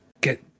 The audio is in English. get